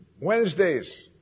Wednesdays